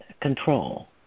control